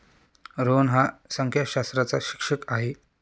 रोहन हा संख्याशास्त्राचा शिक्षक आहे